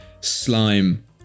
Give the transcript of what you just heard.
slime